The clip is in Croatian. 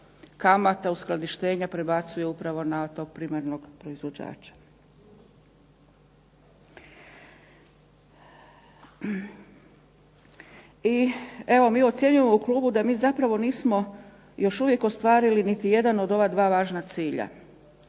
kamata uskladištenja prebacuje upravo na tog primarnog proizvođača. I evo mi ocjenjujemo u klubu da mi zapravo nismo još uvijek ostvarili niti jedan od ova 2 važna cilja.